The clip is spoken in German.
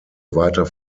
weiter